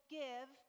give